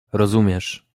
rozumiesz